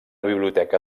biblioteca